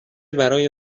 برای